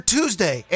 Tuesday